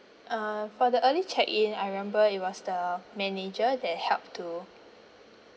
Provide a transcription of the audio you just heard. uh for the early check in I remember it was the manager that helped to